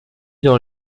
dans